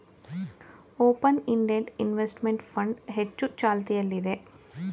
open ended investment fund ಹೆಚ್ಚು ಚಾಲ್ತಿಯಲ್ಲಿದೆ